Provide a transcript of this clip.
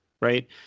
Right